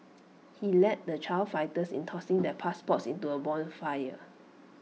he led the child fighters in tossing their passports into A bonfire